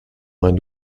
vingt